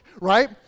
right